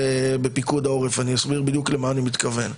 אני אסביר למה אני מתכוון.